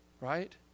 Right